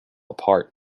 apart